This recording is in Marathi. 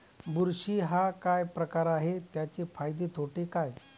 बुरशी हा काय प्रकार आहे, त्याचे फायदे तोटे काय?